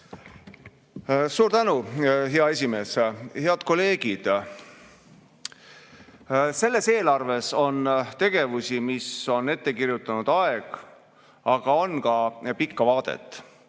Suur tänu, hea esimees! Head kolleegid! Selles eelarves on tegevusi, mille on ette kirjutanud aeg, aga on ka pikka vaadet.